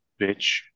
bitch